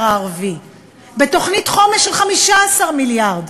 הערבי בתוכנית חומש של 15 מיליארד,